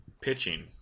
pitching